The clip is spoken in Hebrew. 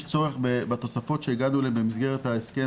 יש צורך בתוספות שהגענו אליהן במסגרת ההסכם,